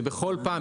ובכל פעם,